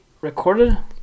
recorded